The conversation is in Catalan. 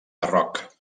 barroc